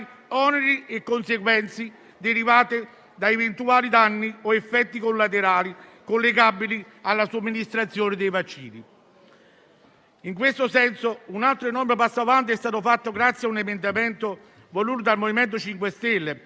oneri e conseguenze derivati da eventuali danni o effetti collaterali collegabili alla somministrazione dei vaccini. In questo senso, un altro enorme passo avanti è stato fatto grazie a un emendamento voluto dal MoVimento 5 stelle,